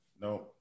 No